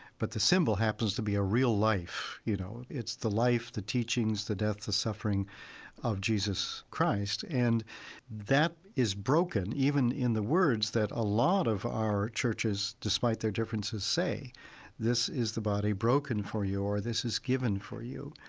but the symbol happens to be a real life. you know, it's the life, the teachings, the death, the suffering of jesus christ. and that is broken even in the words that a lot of our churches, despite their differences, say this is the body broken for your, this is given for you.